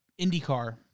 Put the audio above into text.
IndyCar